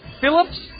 Phillips